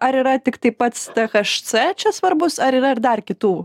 ar yra tiktai pats tė haš cė čia svarbus ar yra ir dar kitų